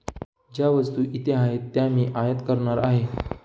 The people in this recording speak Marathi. ज्या वस्तू इथे आहेत त्या मी आयात करणार आहे